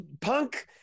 Punk